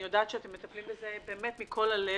אני יודעת שאתם מטפלים בזה באמת מכל הלב,